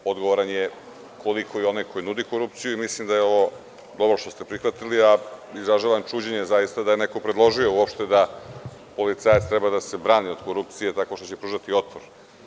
Odgovoran je koliko i onaj koji nudi korupciju i mislim da je ovo dobro što ste prihvatili, a izražavam čuđenje zaista da je neko predložio uopšte da policajac treba da se brani od korupcije tako što će pružati otpor.